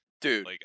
dude